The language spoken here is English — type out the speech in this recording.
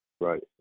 Right